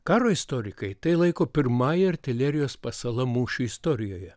karo istorikai tai laiko pirmąja artilerijos pasala mūšių istorijoje